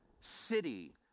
city